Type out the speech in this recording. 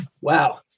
wow